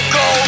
go